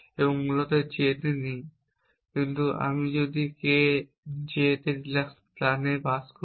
এবং মূলত J এ নেই। কিন্তু আমি যদি K J রিল্যাক্স প্ল্যানে বাস করি